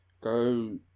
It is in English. go